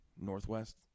Northwest